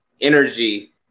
energy